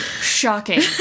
Shocking